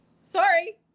sorry